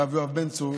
הרב יואב בן צור,